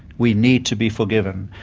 we need to be forgiven.